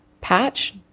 patch